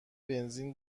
بنزین